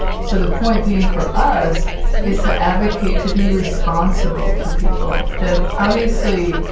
so the point being for us is to advocate to be responsible to people. that, obviously,